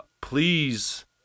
please